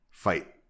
fight